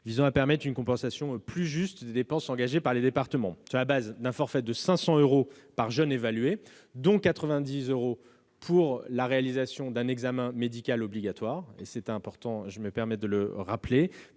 s'agissait de permettre une compensation plus juste des dépenses engagées par les départements, sur la base d'un forfait de 500 euros par jeune évalué, dont 90 euros pour la réalisation d'un examen médical obligatoire, auxquels s'ajoutent 90 euros par